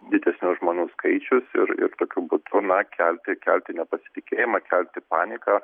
didesnius žmonių skaičius ir ir tokiu būdu na kelti kelti nepasitikėjimą kelti paniką